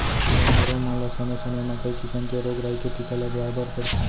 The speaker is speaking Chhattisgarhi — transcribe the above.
जानवरों मन ल समे समे म कई किसम के रोग राई के टीका लगवाए बर परथे